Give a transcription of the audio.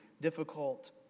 difficult